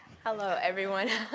hello, everyone.